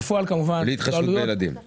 בלי התחשבות במספר הילדים.